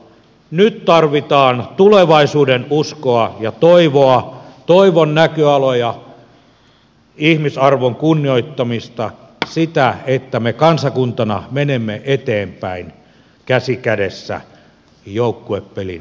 nyt tarvitaan tulevaisuudenuskoa ja toivoa toivon näköaloja ihmisarvon kunnioittamista sitä että me kansakuntana menemme eteenpäin käsi kädessä joukkuepelin hengessä